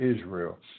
Israel